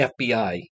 FBI